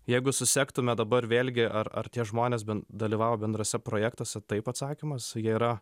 jeigu susektume dabar vėlgi ar ar tie žmonės ben dalyvavo bendruose projektuose taip atsakymas jie yra